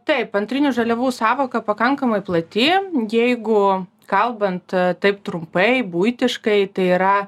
taip antrinių žaliavų sąvoka pakankamai plati jeigu kalbant taip trumpai buitiškai tai yra